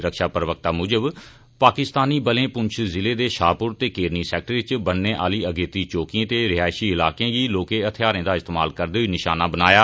रक्षा प्रवक्ता मुजब पाकिस्तानी बलें पुंछ जिले दे शाहपुर ते केरनी सैक्टर इच बन्नै आहली अगेत्ररी चौकिएं ते रिहायशी इलाकें गी लौहके हथियारें दा इस्तेमाल करदे होई निशाना बनाया